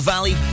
Valley